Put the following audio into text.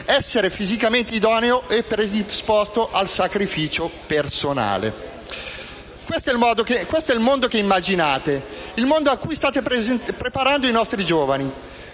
essere fisicamente idoneo e predisposto al sacrificio personale». Questo è il mondo che immaginate e che state preparando ai nostri giovani.